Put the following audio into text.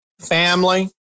family